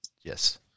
Yes